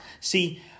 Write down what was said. See